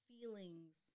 feelings